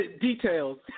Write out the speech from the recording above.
details